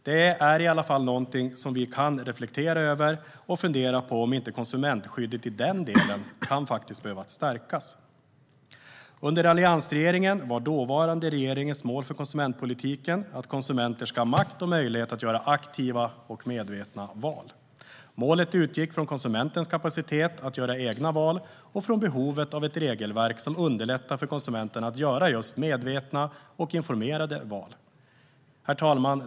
Det är någonting som vi kan reflektera över. Vi kan fundera på om inte konsumentskyddet i den delen kan behöva stärkas. Alliansregeringens mål för konsumentpolitiken var att konsumenter ska ha makt och möjlighet att göra aktiva och medvetna val. Målet utgick från konsumentens kapacitet att göra egna val och från behovet av ett regelverk som underlättar för konsumenterna att göra just medvetna och informerade val.